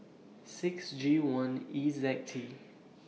six G one E Z T